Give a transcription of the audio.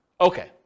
Okay